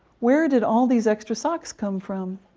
where did all these extra socks come from?